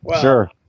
Sure